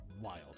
wild